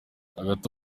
hagati